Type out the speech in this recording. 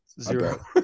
Zero